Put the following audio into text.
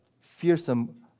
fearsome